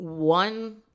One